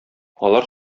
алар